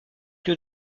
lieu